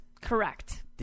Correct